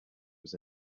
was